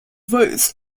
votes